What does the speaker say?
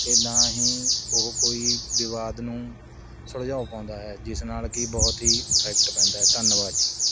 ਅਤੇ ਨਾ ਹੀ ਉਹ ਕੋਈ ਵਿਵਾਦ ਨੂੰ ਸੁਲਝਾ ਪਾਉਂਦਾ ਹੈ ਜਿਸ ਨਾਲ਼ ਕਿ ਬਹੁਤ ਹੀ ਈਫ਼ੈਕਟ ਪੈਂਦਾ ਹੈ ਧੰਨਵਾਦ ਜੀ